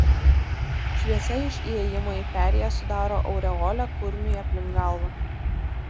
šviesa iš įėjimo į perėją sudaro aureolę kurmiui aplink galvą